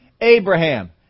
Abraham